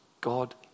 God